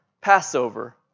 Passover